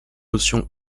notion